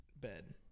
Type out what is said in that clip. Bed